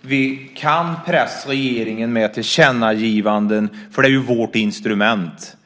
vi kan pressa regeringen med tillkännagivanden, för det är ju vårt instrument.